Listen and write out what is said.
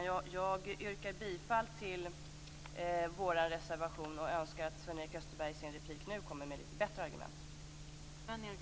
Jag yrkar bifall till vår reservation och önskar att Sven-Erik Österberg i sin replik kommer med lite bättre argument.